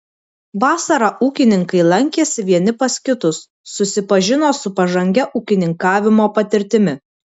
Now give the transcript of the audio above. vasarą ūkininkai lankėsi vieni pas kitus susipažino su pažangia ūkininkavimo patirtimi